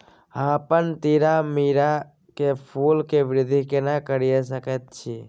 हम अपन तीरामीरा के फूल के वृद्धि केना करिये सकेत छी?